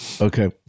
Okay